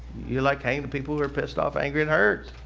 you like hanging with people who are pissed off angry and herds.